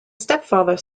stepfather